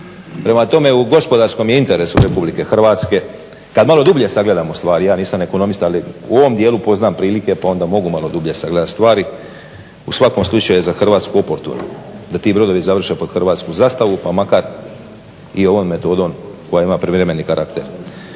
Prema tome, u gospodarskom je interesu RH kada malo dublje sagledamo stvari, ja nisam ekonomista ali u ovom dijelu poznam prilike pa onda mnogu malo dublje sagledati stvari, u svakom slučaju za Hrvatsku oportuno da ti brodovi završe pod hrvatsku zastavu pa makar i ovom metodom koja ima privremeni karakter.